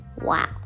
Wow